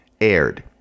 aired